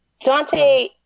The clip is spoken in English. Dante